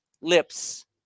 lips